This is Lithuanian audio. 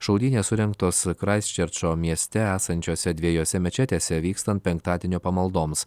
šaudynės surengtos kraisčerčo mieste esančiose dviejose mečetėse vykstant penktadienio pamaldoms